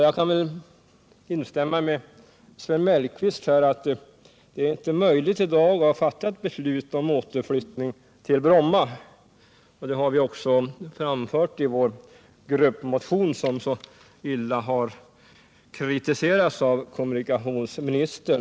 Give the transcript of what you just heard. Jag vill instämma med Sven Mellqvist i att det är inte möjligt att i dag fatta ett beslut om återflyttning till Bromma. Det har vi också framfört i vår gruppmotion som så illa har kritiserats av kommunikationsministern.